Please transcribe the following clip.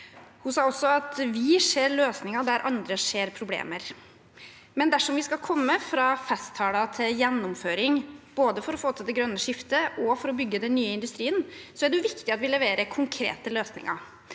Hun sa også at de ser løsninger der andre ser problemer. Dersom vi skal komme oss fra festtaler til gjennomføring, både for å få til det grønne skiftet og for å bygge den nye industrien, er det viktig at vi leverer konkrete løsninger.